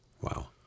Wow